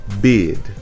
Bid